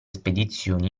spedizioni